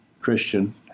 Christian